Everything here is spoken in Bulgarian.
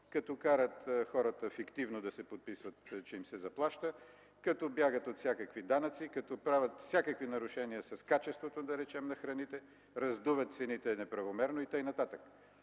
като карат хората фиктивно да се подписват, че им се заплаща, като бягат от всякакви данъци, като правят всякакви нарушения с качеството на храните, раздуват цените неправомерно и т.н.